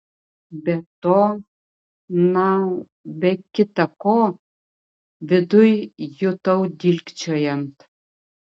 be to na be kita ko viduj jutau dilgčiojant